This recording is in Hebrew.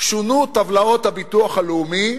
שונו טבלאות הביטוח הלאומי